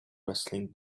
wrestling